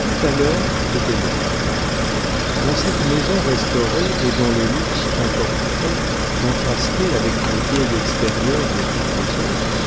tout alors était neuf dans cette maison restaurée et dont le luxe encore frais contrastait avec le vieil extérieur de toutes les autres